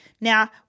Now